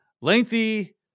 lengthy